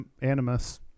animus